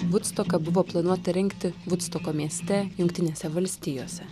vudstoką buvo planuota rengti vudstoko mieste jungtinėse valstijose